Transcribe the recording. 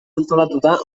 antolatuta